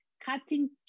cutting